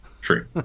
True